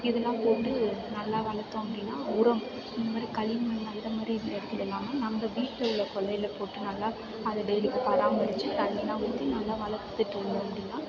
இதெலாம் போட்டு நல்லா வளர்த்தோம் அப்படின்னா உரம் இந்த மாதிரி களிமண் அந்த மாதிரி இடத்துல இல்லாமல் நம்ம வீட்டில் கொள்ளையில் போட்டு நல்லா அதை டெய்லியும் பராமரித்து தண்ணியெல்லாம் ஊற்றி நல்லா வளர்த்துட்டு இருந்தோம் அப்படின்னா